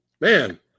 Man